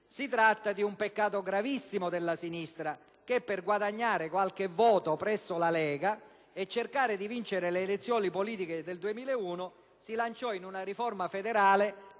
«Si tratta di un peccato gravissimo della sinistra che, per guadagnare qualche voto presso la Lega e cercare di vincere le elezioni politiche del 2001, si lanciò in una riforma federale